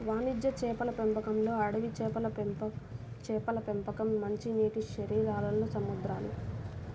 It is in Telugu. వాణిజ్య చేపల పెంపకంలోఅడవి చేపల పెంపకంచేపల పెంపకం, మంచినీటిశరీరాల్లో సముద్రాలు